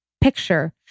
picture